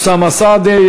אוסאמה סעדי.